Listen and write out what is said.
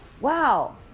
wow